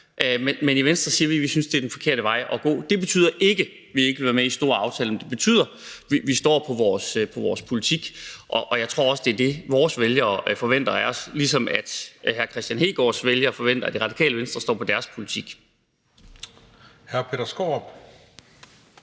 men i Venstre siger vi, at vi synes, det er den forkerte vej at gå. Det betyder ikke, at vi ikke vil være med i store aftaler, men det betyder, at vi står fast på vores politik. Og jeg tror også, det er det, vores vælgere forventer af os, ligesom hr. Kristian Hegaards vælgere forventer, at Det Radikale Venstre står fast på deres politik.